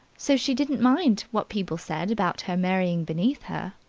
so she didn't mind what people said about her marrying beneath her.